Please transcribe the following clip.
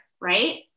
right